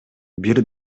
бир